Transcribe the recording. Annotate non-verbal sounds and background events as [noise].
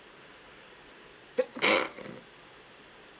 [coughs]